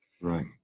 Right